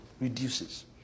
reduces